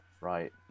Right